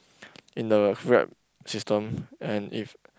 in the Grab system and if